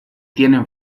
tienen